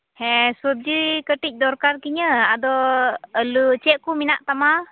ᱦᱮᱸ ᱥᱚᱵᱡᱤ ᱠᱟᱹᱴᱤᱡ ᱫᱚᱨᱠᱟᱨ ᱠᱤᱧᱟᱹ ᱟᱫᱚ ᱟᱞᱩ ᱪᱮᱫ ᱠᱚ ᱢᱮᱱᱟᱜ ᱛᱟᱢᱟ